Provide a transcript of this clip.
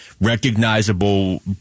recognizable